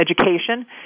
education